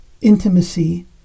intimacy